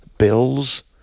Bills